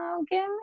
okay